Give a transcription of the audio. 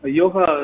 yoga